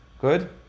Good